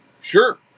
Sure